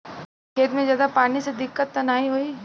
खेत में ज्यादा पानी से दिक्कत त नाही होई?